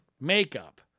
makeup